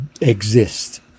exist